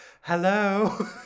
Hello